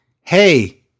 Hey